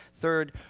Third